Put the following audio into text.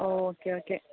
okay okay